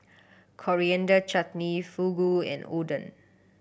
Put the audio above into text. Coriander Chutney Fugu and Oden